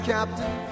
Captain